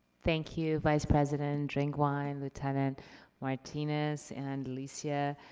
thank you, vice-president drinkwine, lieutenant martinez, and alicia.